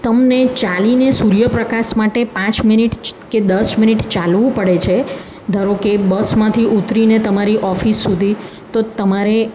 તમને ચાલીને સૂર્યપ્રકાશ માટે પાંચ મિનિટ કે દસ મિનિટ ચાલવું પડે છે ધારો કે બસમાંથી ઉતરીને તમારી ઓફિસ સુધી તો તમારે